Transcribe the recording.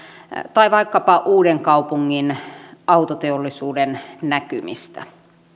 tai vaikkapa uudenkaupungin autoteollisuuden näkymistä